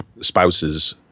spouse's